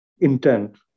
intent